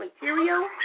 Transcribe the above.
material